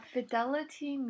Fidelity